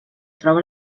troba